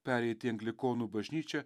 pereiti į anglikonų bažnyčią